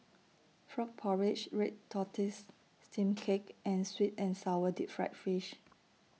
Frog Porridge Red Tortoise Steamed Cake and Sweet and Sour Deep Fried Fish